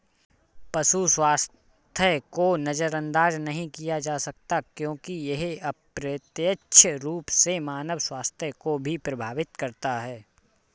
पशु स्वास्थ्य को नजरअंदाज नहीं किया जा सकता क्योंकि यह अप्रत्यक्ष रूप से मानव स्वास्थ्य को भी प्रभावित करता है